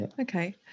Okay